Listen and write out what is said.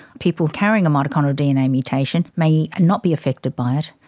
people carrying a mitochondrial dna mutation may not be affected by it,